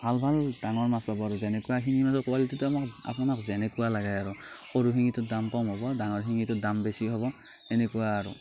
ভাল ভাল ডাঙৰ মাছ পাব আৰু যেনেকুৱা শিঙি মাছৰ কুৱালিটিটো আমাক আপোনাক যেনেকুৱা লাগে আৰু সৰু শিঙিটোৰ দাম কম হ'ব ডাঙৰ শিঙিটো দাম বেছি হ'ব হেনেকুৱা আৰু